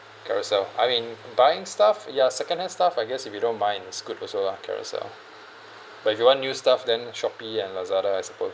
Carousell I mean buying stuff ya second hand stuff I guess if you don't mind is good also lah Carousell but if you want new stuff then Shopee and Lazada I suppose